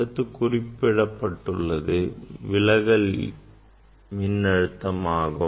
அடுத்து குறிப்பிடப்பட்டுள்ளது விலகல் மின் அழுத்தமாகும்